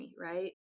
right